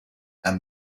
and